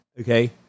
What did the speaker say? okay